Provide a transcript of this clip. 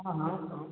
हाँ हाँ